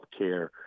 healthcare